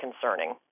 concerning